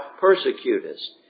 persecutest